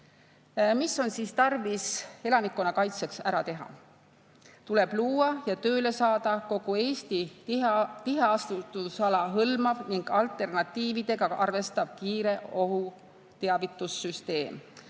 Mis on siis tarvis elanikkonna kaitseks ära teha? Tuleb luua ja tööle saada kogu Eesti tiheasustusala hõlmav ning alternatiividega arvestav kiire ohuteavituse süsteem;